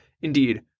Indeed